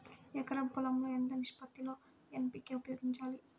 ఎకరం పొలం లో ఎంత నిష్పత్తి లో ఎన్.పీ.కే ఉపయోగించాలి?